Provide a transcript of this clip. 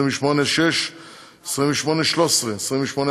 (תיקוני חקיקה ליישום המדיניות הכלכלית לשנות התקציב 2017 ו-2018),